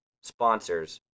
Sponsors